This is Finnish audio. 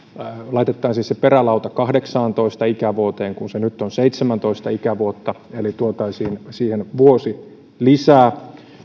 laitettaisiin se perälauta kahdeksaantoista ikävuoteen kun se nyt on seitsemäntoista ikävuotta eli tuotaisiin siihen vuosi lisää